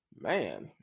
man